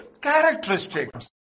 characteristics